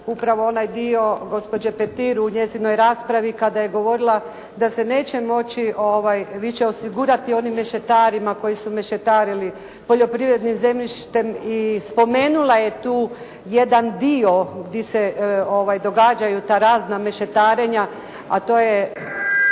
upravo onaj dio gospođe Petiri u njezinoj raspravi kada je govorila da se neće moći više osigurati onim mešetarima koji su mešetarili poljoprivrednim zemljištem i spomenula je tu jedan dio di se događaju ta razna mešetarenja, a to je